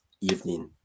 evening